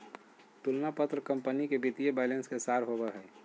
तुलना पत्र कंपनी के वित्तीय बैलेंस के सार होबो हइ